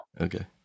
okay